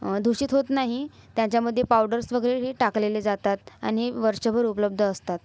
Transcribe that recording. दूषित होत नाही त्याच्यामध्ये पावडर्स वगैरे हे टाकलेले जातात आणि वर्षभर उपलब्ध असतात